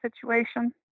situation